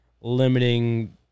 limiting